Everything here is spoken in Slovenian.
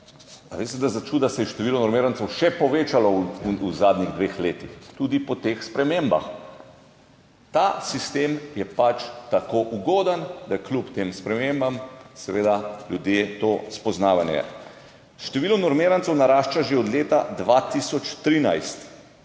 veste, začuda se je število normirancev še povečalo v zadnjih dveh letih, tudi po teh spremembah. Ta sistem je pač tako ugoden, da kljub tem spremembam seveda ljudje, to spoznavanje, število normirancev narašča že od leta 2013,